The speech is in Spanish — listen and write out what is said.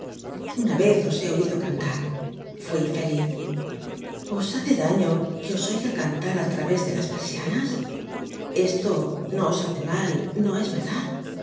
una vez os he oido cantar fui feliz os hace daño que os oiga cantar al través de las persianas esto no os hace mal no es verdad